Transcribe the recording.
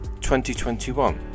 2021